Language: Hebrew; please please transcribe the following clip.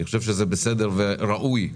אני חושב שראוי להתנצל.